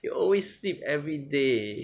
you always sleep everyday